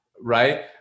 right